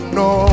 no